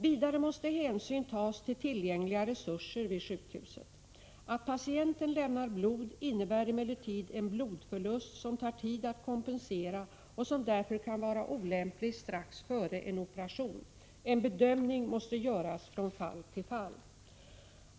Vidare måste hänsyn tas till tillgängliga resurser vid sjukhuset. Att patienten lämnar blod innebär emellertid en blodförlust, som tar tid att kompensera och som därför kan vara olämplig strax före en operation. En bedömning måste göras från fall till fall.